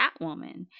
Catwoman